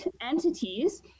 entities